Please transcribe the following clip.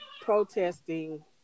protesting